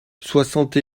soixante